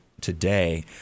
today